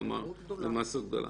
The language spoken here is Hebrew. כלומר זאת מסה גדולה.